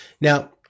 Now